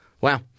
Wow